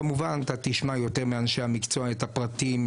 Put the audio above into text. כמובן אתה תשמע יותר מאנשי המקצוע את הפרטים,